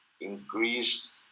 increase